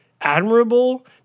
admirable